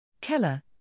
Keller